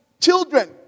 children